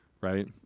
right